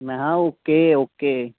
में हा okay okay